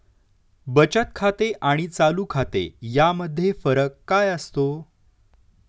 बचत खाते आणि चालू खाते यामध्ये फरक काय असतो?